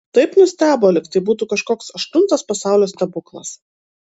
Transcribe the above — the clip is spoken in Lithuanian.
taip nustebo lyg tai būtų kažkoks aštuntas pasaulio stebuklas